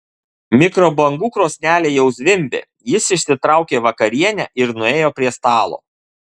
mikrobangų krosnelė jau zvimbė jis išsitraukė vakarienę ir nuėjo prie stalo